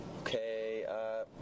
Okay